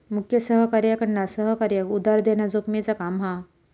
मुख्य सहकार्याकडना सहकार्याक उधार देना जोखमेचा काम हा